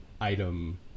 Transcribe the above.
item